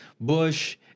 Bush